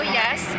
yes